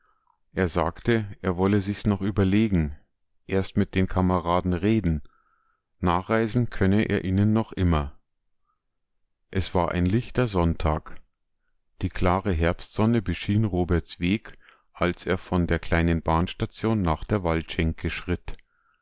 er sagte sich er wolle sich's noch überlegen erst mit den kameraden reden nachreisen könne er ihnen noch immer es war ein lichter sonntag die klare herbstsonne beschien roberts weg als er von der kleinen bahnstation nach der waldschenke schritt